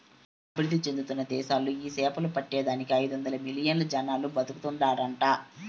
అభివృద్ధి చెందుతున్న దేశాలలో ఈ సేపలు పట్టే దానికి ఐదొందలు మిలియన్లు జనాలు బతుకుతాండారట